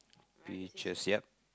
pictures yup